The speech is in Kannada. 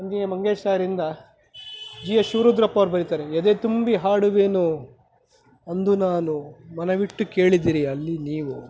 ಪಂಜೆ ಮಂಜೇಶರಾಯರಿಂದ ಜಿ ಎಸ್ ಶಿವರುದ್ರಪ್ಪ ಅವರು ಬರೀತಾರೆ ಎದೆ ತುಂಬಿ ಹಾಡುವೆನು ಅಂದು ನಾನು ಮನವಿಟ್ಟು ಕೇಳಿದಿರಿ ಅಲ್ಲಿ ನೀವು